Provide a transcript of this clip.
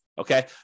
Okay